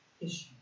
issue